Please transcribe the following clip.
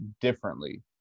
differently